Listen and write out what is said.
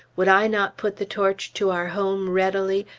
would i not put the torch to our home readily,